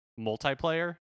multiplayer